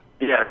Yes